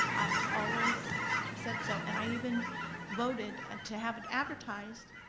i've always said so, and i even voted ah to have it advertised,